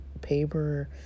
paper